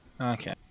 Okay